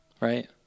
right